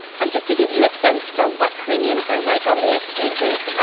um just to give you a sense for what premiums are like on the exchanges,